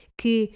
que